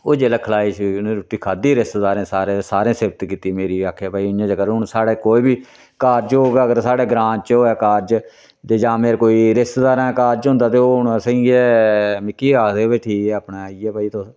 ओह् जेल्लै खलाई खुलाई उनें रुट्टी खाद्धी रिश्तेदारें सारें ते सारें सिफत कीती मेरी आखेआ भई इ'यां करो हून साढ़ै कोई बी कारज होग अगर साढ़े ग्रांऽ च होऐ कारज ते जां मेरे कोई रिश्तेदारें दे कारज होंदा ते ओह् हून असें गी गै मिकी गै आखदे कि भई ठीक ऐ अपनै आई गे भई तुस